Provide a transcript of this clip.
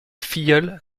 filleule